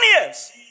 years